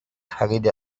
خرید